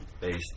based